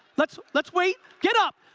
let's let's wait, get up.